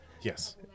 Yes